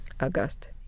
August